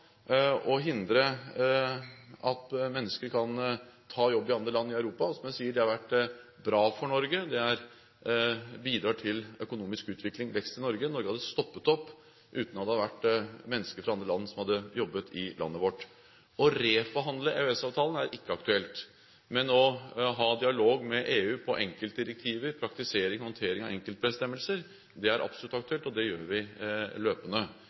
å hindre at mennesker kan ta jobb i andre land i Europa. Og, som jeg sa, det har vært bra for Norge. Det bidrar til økonomisk utvikling og vekst i Norge. Norge hadde stoppet opp uten mennesker fra andre land som hadde jobbet i landet vårt. Å reforhandle EØS-avtalen er ikke aktuelt, men å ha dialog med EU om enkeltdirektiver, praktisering og håndtering av enkeltbestemmelser er absolutt aktuelt. Det gjør vi løpende.